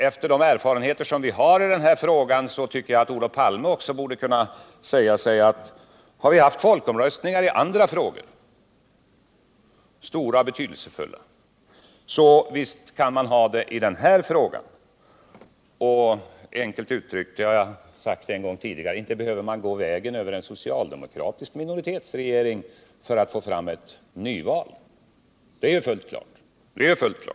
Efter de erfarenheter som vi har av den här frågan tycker jag att Olof Palme också borde kunna säga sig: Har vi haft folkomröstning i andra stora och betydelsefulla frågor, så kan vi naturligtvis ha det i den här frågan. Och enkelt uttryckt: Inte behöver man gå vägen över en socialdemokratisk minoritetsregering för att få fram ett nyval!